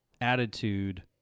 attitude